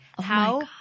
how-